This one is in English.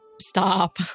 Stop